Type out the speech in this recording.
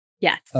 Yes